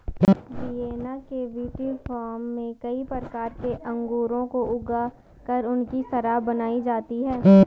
Vienna के विटीफार्म में कई प्रकार के अंगूरों को ऊगा कर उनकी शराब बनाई जाती है